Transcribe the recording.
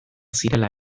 zirela